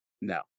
No